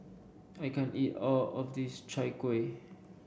I can't eat all of this Chai Kueh